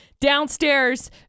downstairs